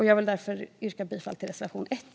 Jag vill därför yrka bifall till reservation 1.